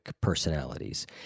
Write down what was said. personalities